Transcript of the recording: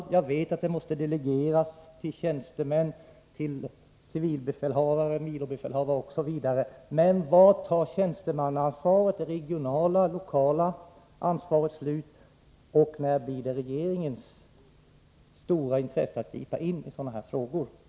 Jag vet att beslutanderätten måste delegeras till tjänstemän — till civilbefälhavare, milobefälhavare osv. — men var tar det regionala och lokala tjänstemannaansvaret slut och när blir det regeringens sak att gripa in i samband med sådana här frågor?